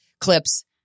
clips